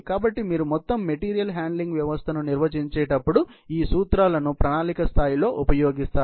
కాబట్టి మీరు మొత్తం మెటీరియల్ హ్యాండ్లింగ్ వ్యవస్థను నిర్వచించేటప్పుడు ఈ సూత్రాలను ప్రణాళిక స్థాయిలో ఉపయోగిస్తారు